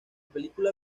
película